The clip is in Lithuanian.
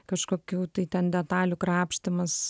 kažkokių tai ten detalių krapštymas